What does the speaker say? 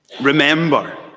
remember